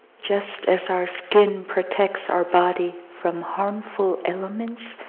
just as our skin protects our body from harmful elements,